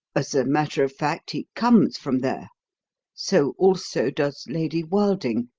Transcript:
as a matter of fact, he comes from there so also does lady wilding.